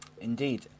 Indeed